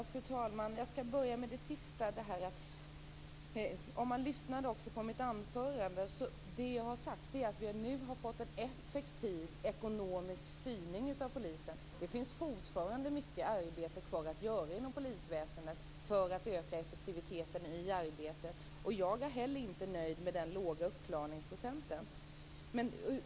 Fru talman! Jag skall börja med det sista. I mitt anförande sade jag att vi nu har fått en effektiv ekonomisk styrning av polisen. Det finns fortfarande mycket arbete kvar att göra inom polisväsendet för att öka effektiviteten i arbetet. Inte heller jag är nöjd med den låga uppklarningsprocenten.